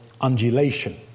undulation